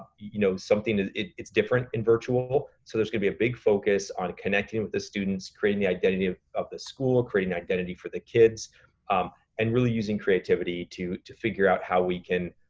you know, something it's different in virtual. so there's gonna be a big focus on connecting with the students, creating the identity of of the school, creating an identity for the kids um and really using creativity to to figure out how we can